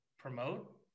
Promote